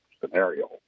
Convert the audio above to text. scenario